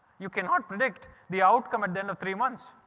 you cannot predict the outcome at the end of three months.